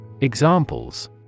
Examples